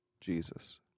Jesus